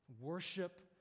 Worship